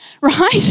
right